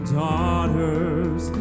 daughters